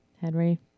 Henry